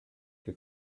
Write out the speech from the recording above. che